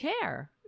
care